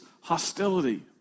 hostility